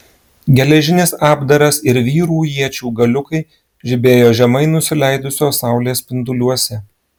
geležinis apdaras ir vyrų iečių galiukai žibėjo žemai nusileidusios saulės spinduliuose